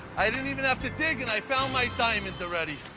i didn't even have to dig, and i found my diamond already.